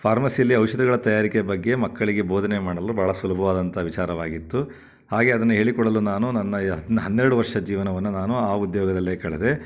ಫಾರ್ಮಸಿಯಲ್ಲಿ ಔಷಧಿಗಳ ತಯಾರಿಕೆ ಬಗ್ಗೆ ಮಕ್ಕಳಿಗೆ ಬೋಧನೆ ಮಾಡಲು ಭಾಳ ಸುಲಭವಾದಂಥ ವಿಚಾರವಾಗಿತ್ತು ಹಾಗೇ ಅದನ್ನು ಹೇಳಿಕೊಡಲು ನಾನು ನನ್ನ ಹನ್ನೆರಡು ವರ್ಷ ಜೀವನವನ್ನು ನಾನು ಆ ಉದ್ಯೋಗದಲ್ಲೇ ಕಳೆದೆ